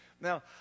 Now